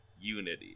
unity